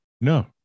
No